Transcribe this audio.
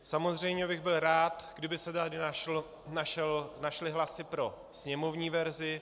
Samozřejmě bych byl rád, kdyby se tady našly hlasy pro sněmovní verzi.